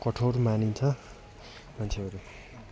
कठोर मानिन्छ मान्छेहरू